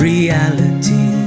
Reality